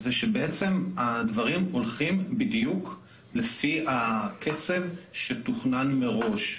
זה שבעצם הדברים הולכים בדיוק לפי הקצב שתוכנן מראש.